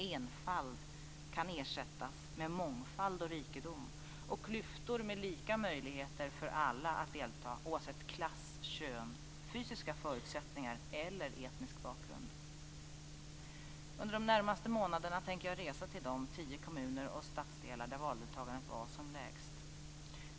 Enfald kan ersättas med mångfald och rikedom och klyftor med lika möjligheter för alla att delta oavsett klass, kön, fysiska förutsättningar eller etnisk bakgrund. Under de närmaste månaderna tänker jag resa till de tio kommuner och stadsdelar där valdeltagandet var som lägst.